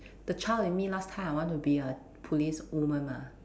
the child in me last time I want to be a police woman mah